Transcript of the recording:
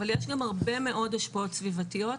אבל יש גם הרבה מאוד השפעות סביבתיות.